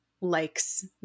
likes